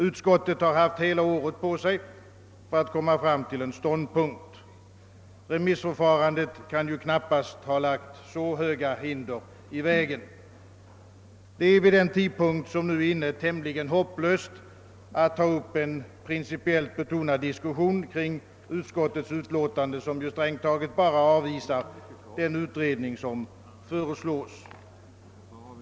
Utskottet har haft hela året på sig att komma fram till en ståndpunkt. <Remissförfarandet kan knappast ha lagt så stora hinder i vägen. Det är vid denna tidpunkt på året tämligen hopplöst att ta upp en prirncipiellt betonad diskussion kring utskottets utlåtande, som strängt taget bara avvisar den utredning som föreslås.